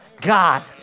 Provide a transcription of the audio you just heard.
God